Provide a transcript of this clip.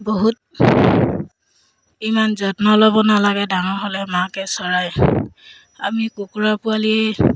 বহুত ইমান যত্ন ল'ব নালাগে ডাঙৰ হ'লে মাকে চৰায় আমি কুকুৰ পোৱালি